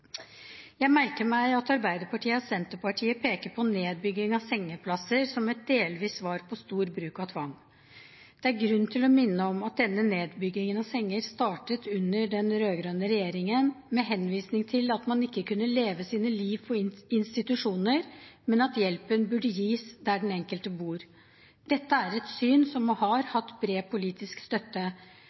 Jeg merker meg at Arbeiderpartiet og Senterpartiet peker på nedbygging av antallet sengeplasser som et delvis svar på stor bruk av tvang. Det er grunn til å minne om at denne nedbyggingen av antallet senger startet under den rød-grønne regjeringen, med henvisning til at man ikke kunne leve sine liv på institusjoner, men at hjelpen burde gis der den enkelte bor. Dette er et syn som har hatt bred politisk støtte,